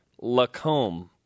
Lacombe